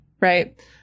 right